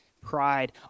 pride